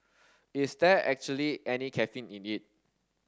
is there actually any caffeine in it